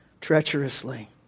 treacherously